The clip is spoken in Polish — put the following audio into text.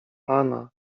pana